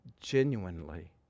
Genuinely